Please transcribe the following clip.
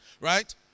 Right